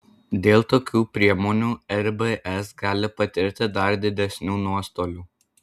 dėl tokių priemonių rbs gali patirti dar didesnių nuostolių